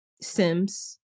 sims